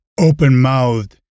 open-mouthed